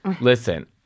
Listen